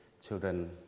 children